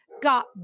got